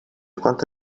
quanto